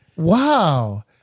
Wow